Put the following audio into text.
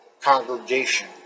congregation